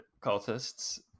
cultists